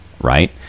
right